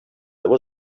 there